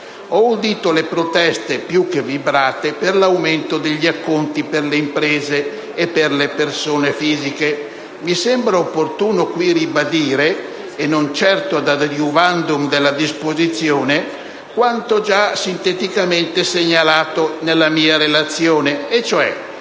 ho udito le proteste più che vibrate per l'aumento degli acconti per le imprese e per le persone fisiche. Mi sembra opportuno qui ribadire - e non certo *ad adiuvandum* della disposizione - quanto già sinteticamente segnalato nella mia relazione, e cioè